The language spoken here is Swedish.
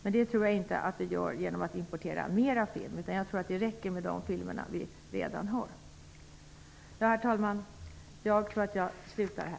Men det tror jag inte att vi gör genom att importera mera film. Det räcker med de filmer som vi redan importerar.